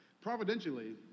Providentially